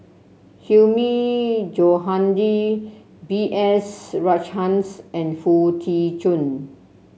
Hilmi Johandi B S Rajhans and Foo Tee Jun